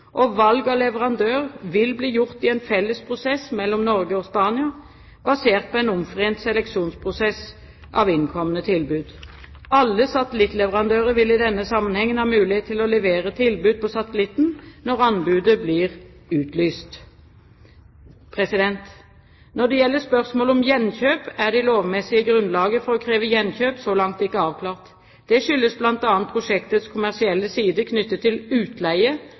Valg av leverandør vil bli gjort i en felles prosess mellom Norge og Spania, basert på en omforent seleksjonsprosess av innkomne tilbud. Alle satellittleverandører vil i denne sammenhengen ha mulighet til å levere tilbud på satellitten når anbudet blir utlyst. Når det gjelder spørsmålet om gjenkjøp, er det lovmessige grunnlaget for å kreve gjenkjøp så langt ikke avklart. Det skyldes bl.a. prosjektets kommersielle side knyttet til utleie